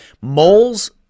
Moles